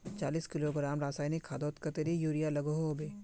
चालीस किलोग्राम रासायनिक खादोत कतेरी यूरिया लागोहो होबे?